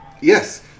Yes